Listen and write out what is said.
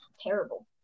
terrible